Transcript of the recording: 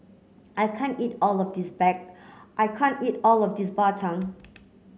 I can't eat all of this bag I can't eat all of this Bak Chang